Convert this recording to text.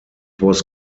was